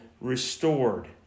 restored